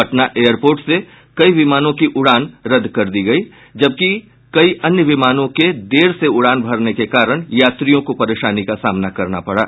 Patna airport से कई विमानों की उड़ान रद्द कर दी गयी जबकि कई अन्य विमानों के देर से उड़ान भरने के कारण यात्रियों को परेशानी का सामना करना पड़ा